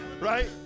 right